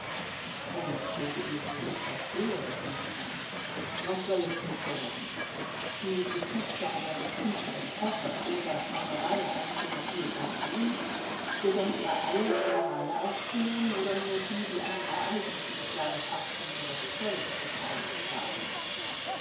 entschuldigen sie ich verstehe es nicht ganz was soll es denn werden die geschichte einer bestimmten epoche oder eine reihe einzelner biographien gedenkt er alle generale aufzunehmen oder nur die die an den ereignissen des jahres beteiligt waren